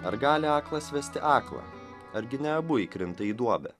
ar gali aklas vesti aklą argi ne abu įkrinta į duobę